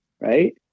right